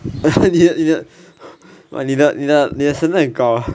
你的你的你的 standard 很高 hor